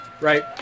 Right